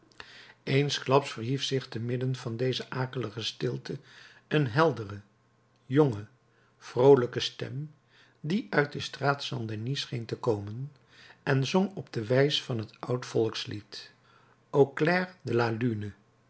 eensklaps verhief zich te midden van deze akelige stilte een heldere jonge vroolijke stem die uit de straat st denis scheen te komen en zong op de wijs van het oud volkslied au clair de la lune